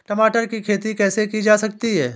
टमाटर की खेती कैसे की जा सकती है?